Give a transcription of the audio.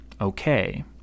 okay